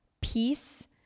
Peace